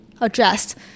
addressed